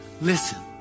listen